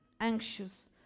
anxious